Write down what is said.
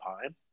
time